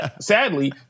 Sadly